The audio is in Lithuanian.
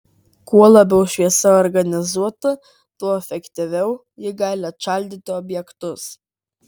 kuo labiau šviesa labiau organizuota tuo efektyviau ji gali atšaldyti objektus